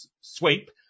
sweep